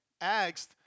asked